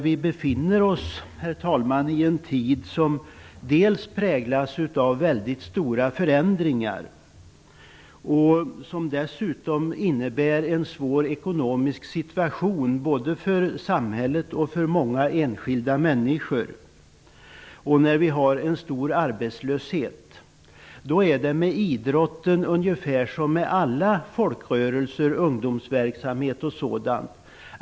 Vi befinner oss, herr talman, i en tid som dels präglas av stora förändringar, dels innebär en svår ekonomisk situation för både samhället och många enskilda människor. Dessutom har vi en hög arbetslöshet. Då är det med idrotten ungefär som med alla folkrörelser, ungdomsverksamhet etc.